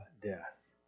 death